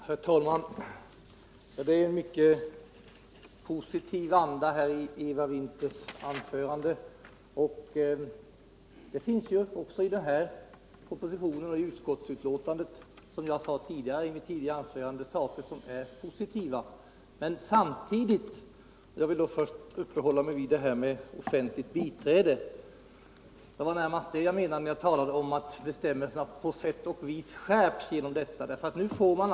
Herr talman! Det var en mycket positiv anda i Eva Winthers anförande, och som jag sade tidigare finns det också i propositionen och betänkandet positiva inslag. Vad jag närmast avsåg när jag talade om att bestämmelserna på sätt och vis skärps var reglerna om offentligt biträde.